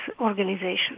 organization